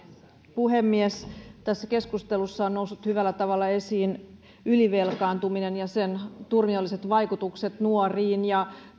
puhemies tässä keskustelussa on noussut hyvällä tavalla esiin ylivelkaantuminen ja sen turmiolliset vaikutukset nuoriin ja